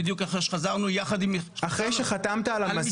בדיוק אחרי שחזרנו יחד עם --- אחרי שחתמת על המזכר?